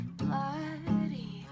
bloody